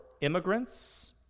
immigrants